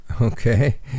Okay